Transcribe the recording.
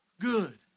good